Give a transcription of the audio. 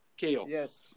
Yes